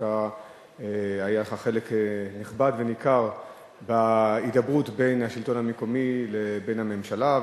שהיה לך חלק נכבד וניכר בהידברות בין השלטון המקומי לבין הממשלה,